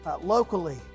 locally